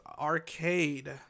Arcade